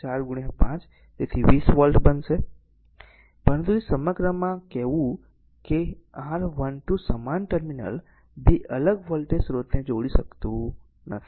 તો V s 4 5 તેથી 20 volt હશે પરંતુ તે સમગ્રમાં r છે કહેવું r 1 2 સમાન ટર્મિનલ 2 અલગ વોલ્ટેજ સ્રોતને જોડી શકતું નથી